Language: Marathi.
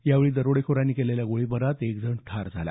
यावेळी दरोडेखोरांनी केलेल्या गोळीबारात एक जण ठार झाला